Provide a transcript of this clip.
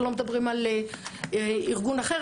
אנחנו לא מדברים על ארגון אחר,